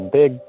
big